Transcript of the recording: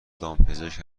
دامپزشک